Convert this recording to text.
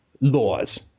laws